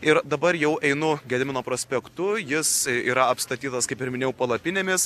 ir dabar jau einu gedimino prospektu jis yra apstatytas kaip ir minėjau palapinėmis